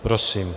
Prosím.